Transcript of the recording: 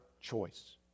choice